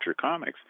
comics